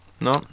No